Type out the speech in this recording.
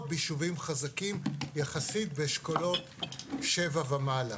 ביישובים חזקים יחסית באשכולות 7 ומעלה.